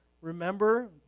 Remember